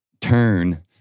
turn